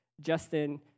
Justin